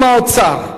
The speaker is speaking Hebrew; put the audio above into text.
אם האוצר,